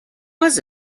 was